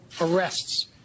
arrests